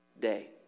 day